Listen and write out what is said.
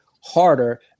harder